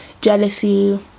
jealousy